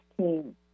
team